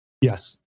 Yes